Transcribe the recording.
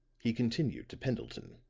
he continued to pendleton.